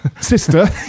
Sister